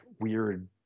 weird